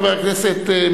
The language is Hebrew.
חבר הכנסת,